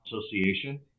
association